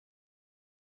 ya